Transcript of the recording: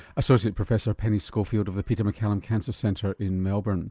associate professor penny schofield of the peter maccallum cancer centre in melbourne.